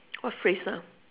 what phrase ah